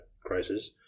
crisis